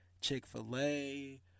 Chick-fil-A